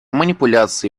манипуляции